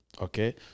Okay